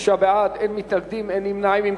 26 בעד, אין מתנגדים, אין נמנעים.